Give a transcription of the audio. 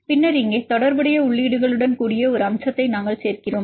பின்னர் இங்கே தொடர்புடைய உள்ளீடுகளுடன் கூடிய ஒரு அம்சத்தை நாங்கள் சேர்க்கிறோம்